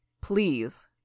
Please